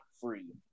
free